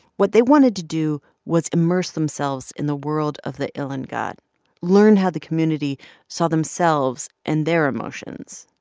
what they wanted to do was immerse themselves in the world of the ilongot, learn how the community saw themselves and their emotions.